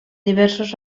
diversos